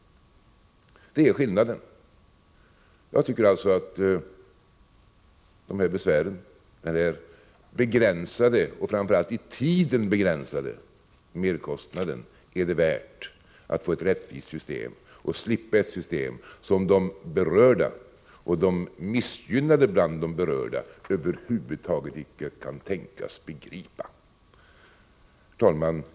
Det är skillnaden. Jag tycker alltså att det är värt att betala denna begränsade — framför allt i tiden begränsade — merkostnad för att få ett rättvisare system och slippa ett system som de berörda och de missgynnade bland de berörda över huvud taget icke kan tänkas begripa. Herr talman!